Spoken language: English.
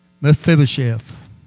Mephibosheth